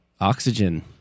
oxygen